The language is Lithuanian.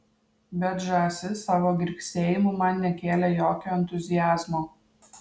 bet žąsis savo girgsėjimu man nekėlė jokio entuziazmo